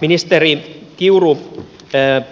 ministeri kiuru